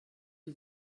que